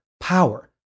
power